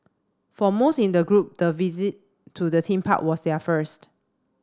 for most in the group the visit to the theme park was their first